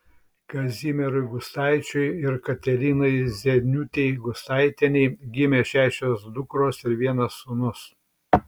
kazimierui gustaičiui ir katerinai zieniūtei gustaitienei gimė šešios dukros ir vienas sūnus